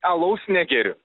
alaus negeriu